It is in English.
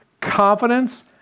confidence